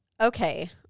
okay